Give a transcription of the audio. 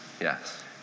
Yes